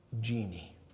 genie